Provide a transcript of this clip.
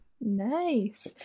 Nice